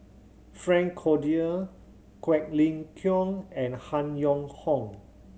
Frank Cloutier Quek Ling Kiong and Han Yong Hong